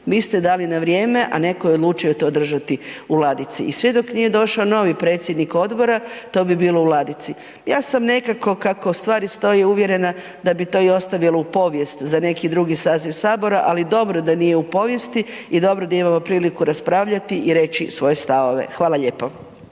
vi ste dali na vrijeme, a neko je odlučio to držati u ladici. I sve dok nije došao novi predsjednik odbora, to bi bilo u ladici. Ja sam nekako kako stvari stoje uvjerena da bi to i ostavilo u povijest za neki drugi saziv Sabora, ali dobro da nije u povijesti i dobro da imamo priliku raspravljati i reći svoje stavove. Hvala lijepo.